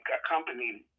accompanied